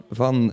van